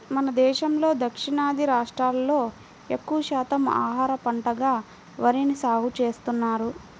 మన దేశంలో దక్షిణాది రాష్ట్రాల్లో ఎక్కువ శాతం ఆహార పంటగా వరిని సాగుచేస్తున్నారు